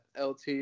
LT